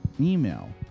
email